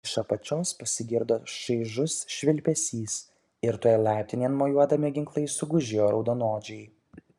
iš apačios pasigirdo šaižus švilpesys ir tuoj laiptinėn mojuodami ginklais sugužėjo raudonodžiai